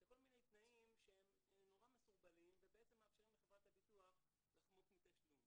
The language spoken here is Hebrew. וכל מיני תנאים שהם מאוד מסורבלים ומאפשרים לחברת הביטוח לחמוק מתשלום.